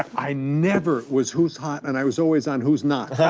i never was who's hot, and i was always on who's not.